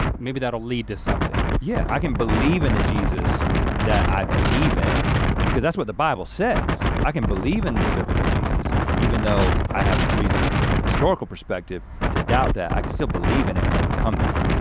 maybe that'll lead to something. yeah, i can believe in the jesus that i believe in because that's what the bible says. i can believe in the biblical jesus even though i have reasons that from historical perspective to doubt that i can still believe in it and overcome that.